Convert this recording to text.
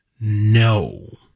no